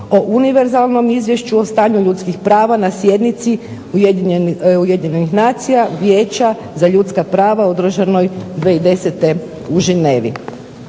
o univerzalnom izvješću o stanju ljudskih prava na sjednici Ujedinjenih nacija, Vijeća za ljudska prava održanoj 2010. u Ženevi.